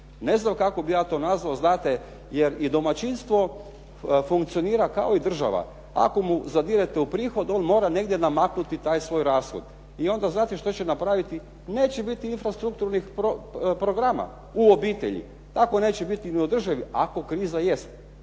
Ne znam kako bi ja to nazvao znate jer i domaćinstvo funkcionira kao i država. Ako mu zadirete u prihod, on mora negdje namaknuti taj svoj rashod. I onda znate što će napraviti? Neće biti infrastrukturnih programa u obitelji, tako neće biti ni održivi, ako kriza jeste.